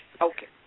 Okay